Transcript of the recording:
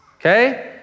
Okay